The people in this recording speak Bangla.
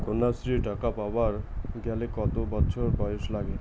কন্যাশ্রী টাকা পাবার গেলে কতো বছর বয়স লাগে?